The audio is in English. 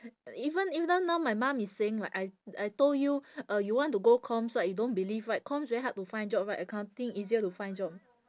even even now my mum is saying like I I told you uh you want to go comms right you don't believe right comms very hard to find job right accounting easier to find job